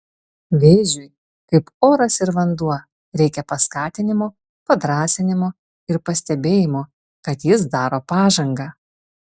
vėžiui kaip oras ir vanduo reikia paskatinimo padrąsinimo ir pastebėjimo kad jis daro pažangą